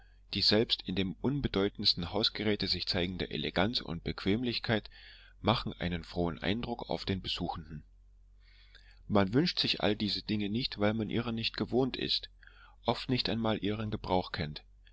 die selbst in dem unbedeutendsten hausgeräte sich zeigende eleganz und bequemlichkeit machen einen frohen eindruck auf den besuchenden man wünscht sich alle diese dinge nicht weil man ihrer nicht gewohnt ist oft nicht einmal ihren gebrauch kennt